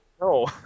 No